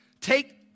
Take